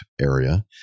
area